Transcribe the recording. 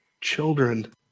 children